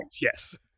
Yes